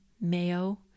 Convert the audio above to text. mayo